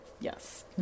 Yes